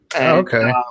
Okay